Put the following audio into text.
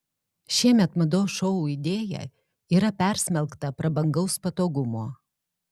šiemet mados šou idėja yra persmelkta prabangaus patogumo